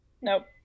Nope